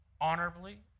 honorably